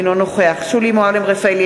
אינו נוכח שולי מועלם-רפאלי,